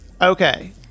Okay